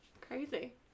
crazy